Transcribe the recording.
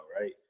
right